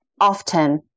often